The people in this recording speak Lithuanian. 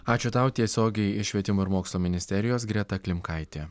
ačiū tau tiesiogiai iš švietimo ir mokslo ministerijos greta klimkaitė